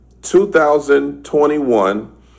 2021